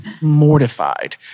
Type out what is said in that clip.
mortified